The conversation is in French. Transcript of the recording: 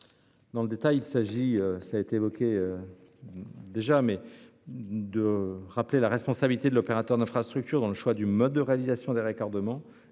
Dans le détail, il s'agit notamment de rappeler la responsabilité de l'opérateur d'infrastructure dans le choix du mode de réalisation des raccordements